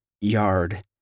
yard